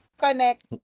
Connect